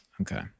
Okay